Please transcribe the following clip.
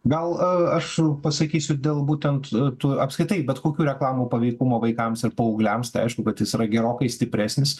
gal aš pasakysiu dėl būtent tų apskritai bet kokių reklamų paveikumo vaikams ir paaugliams tai aišku kad jis yra gerokai stipresnis